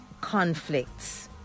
Conflicts